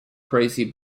crazy